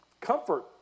comfort